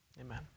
Amen